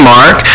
Mark